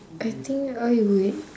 I think I would